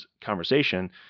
conversation